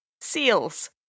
Seals